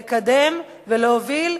לקדם ולהוביל,